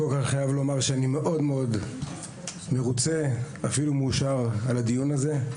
קודם כול אני חייב להגיד שאני מרוצה מאוד ואפילו מאושר מהדיון הזה.